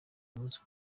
umunsi